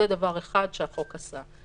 זה דבר אחד שהחוק עשה.